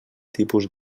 tipus